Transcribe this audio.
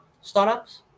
startups